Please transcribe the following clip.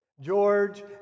George